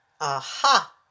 Aha